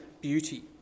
beauty